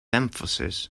emphasis